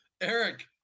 Eric